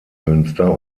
münster